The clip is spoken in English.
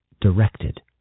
directed